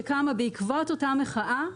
שקמה בעקבות אותה מחאה,